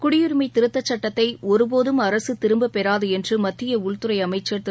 குடியுரிமை திருத்தச் சுட்டத்தை ஒருபோதும் அரசு திரும்பப் பெறாது என்று மத்திய உள்துறை அமைச்சர் திரு